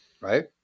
right